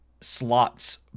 slots